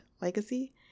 legacy